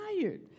tired